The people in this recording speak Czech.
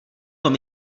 tom